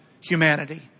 humanity